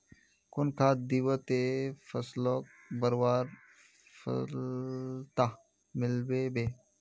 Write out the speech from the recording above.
कुन खाद दिबो ते फसलोक बढ़वार सफलता मिलबे बे?